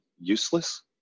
useless